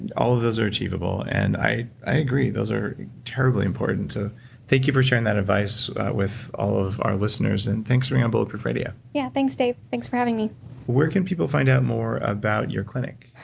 and all of those are achievable, and i i agree, those are terribly important. thank you for sharing that advice with all of our listeners, and thanks for being on bulletproof radio yeah, thanks, dave. thanks for having me where can people find out more about your clinic?